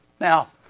Now